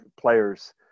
players